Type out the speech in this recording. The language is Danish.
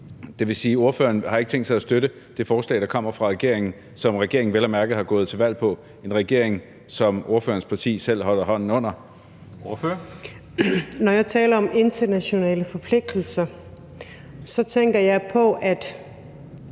det vil sige, at ordføreren ikke har tænkt sig at støtte det forslag, der kommer fra regeringen, som regeringen vel at mærke er gået til valg på – en regering, som ordførerens parti selv holder hånden under? Kl. 19:48 Formanden (Henrik Dam Kristensen): Ordføreren. Kl.